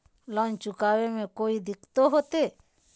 Loan चुकाने में कोई दिक्कतों होते?